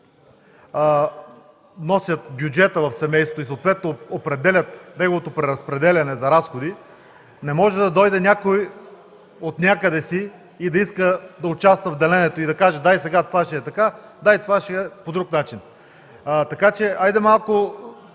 носят бюджета в едно семейство и съответно определят неговото преразпределяне за разходи, не може да дойде някой отнякъде си, да иска да участва в деленето и да каже: „Дай сега, това ще е така, това ще е по друг начин!” Хайде малко